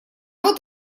вот